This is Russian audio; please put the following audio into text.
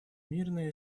мирное